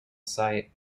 site